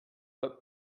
but